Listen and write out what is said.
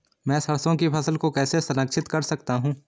मैं सरसों की फसल को कैसे संरक्षित कर सकता हूँ?